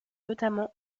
notamment